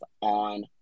on